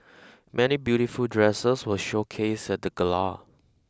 many beautiful dresses were showcased at the gala